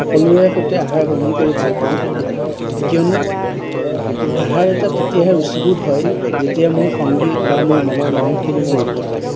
সকলোৰে সৈতে আহাৰ গ্ৰহণ কৰি ভালপাওঁ কিয়নো আহাৰ এটা তেতিয়াহে ৰুচিবোধ হয় যেতিয়া মোৰ সংগী বা মোৰ মনৰ মানুহখিনি মোৰ লগত থাকে